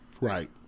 right